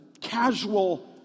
casual